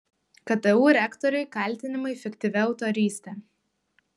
ktu rektoriui kaltinimai fiktyvia autoryste